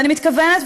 ואני מתכוונת,